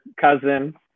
cousin